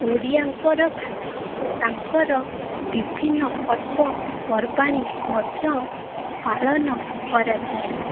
ଓଡ଼ିଆଙ୍କର ଖାଦ୍ୟ ତାଙ୍କର ବିଭିନ୍ନ ପର୍ବପର୍ବାଣି ମଧ୍ୟ ପାଳନ କରାଯାଏ